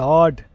Lord